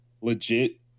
legit